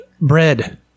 bread